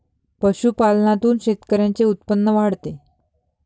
पशुपालनातून शेतकऱ्यांचे उत्पन्न वाढते